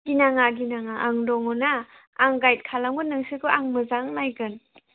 गिनाङा गिनाङा आं दङना आं गाइड खालामगोन नोंसोरखौ आं मोजां नायगोन